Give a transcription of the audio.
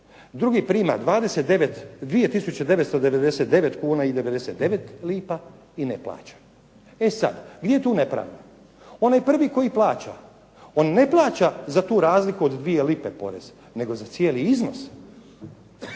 Drugi prima 2 tisuće 999 kuna i 99 lipa i ne plaća. E sad, di je tu nepravda? Onaj prvi koji plaća, on ne plaća za tu razliku od 2 lipe porez nego za cijeli iznos,